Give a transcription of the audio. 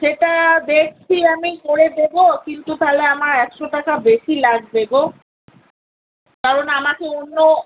সেটা দেখছি আমি করে দেবো কিন্তু তাহলে আমার একশো টাকা বেশি লাগবে গো কারণ আমাকে অন্য